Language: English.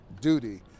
duty